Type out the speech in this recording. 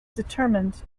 determined